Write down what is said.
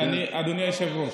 אדוני היושב-ראש,